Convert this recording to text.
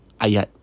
ayat